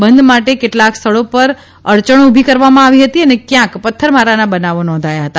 બંધ માટે કેટલાંક સ્થળો પર અડચણો ઉભી કરવામાં આવી હતી અને ક્યાંક પથ્થરમારાના બનાવો નોંધાયા હતા